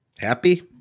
Happy